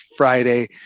Friday